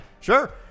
sure